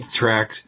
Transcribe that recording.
tracks